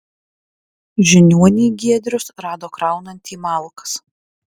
žiniuonį giedrius rado kraunantį malkas